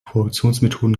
produktionsmethoden